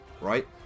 right